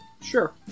sure